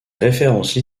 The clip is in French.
références